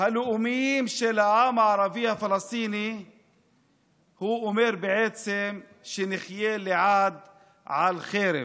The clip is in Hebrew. הלאומיות של העם הערבי הפלסטיני אומר בעצם שנחיה לעד על חרב.